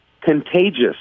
contagious